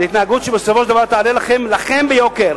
זאת התנהגות שבסופו של דבר תעלה לכם ביוקר.